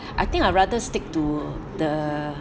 I think I rather stick to the